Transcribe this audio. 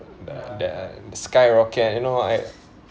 the the skyrocket you know I